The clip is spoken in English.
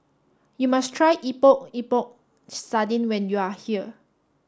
you must try Epok Epok Sardin when you are here